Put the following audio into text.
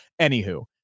Anywho